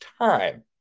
time